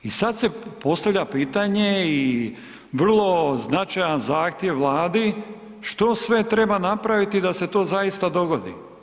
I sad se postavlja pitanje i vrlo značajan zahtjev Vladi što sve treba napraviti da se to zaista dogodi?